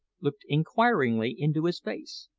looked inquiringly into his face.